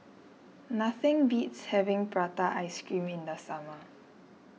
nothing beats having Prata Ice Cream in the summer